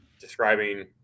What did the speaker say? describing